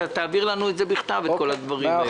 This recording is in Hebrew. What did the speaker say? שתעביר לנו בכתב את כל הדברים האלה.